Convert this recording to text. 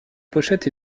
pochette